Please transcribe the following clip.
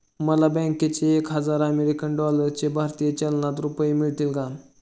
मला बँकेत एक हजार अमेरीकन डॉलर्सचे भारतीय चलनात रुपये मिळतील का?